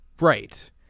right